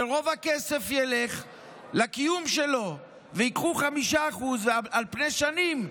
שרוב הכסף ילך לקיום שלו וייקחו 5% על פני שנים,